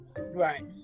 right